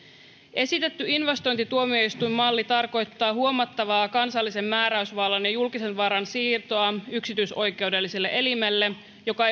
esitetty investointituomioistuinmalli tarkoittaa huomattavaa kansallisen määräysvallan ja julkisen varan siirtoa yksityisoikeudelliselle elimelle joka